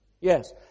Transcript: Yes